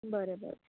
बरें बरें